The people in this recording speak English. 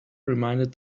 reminded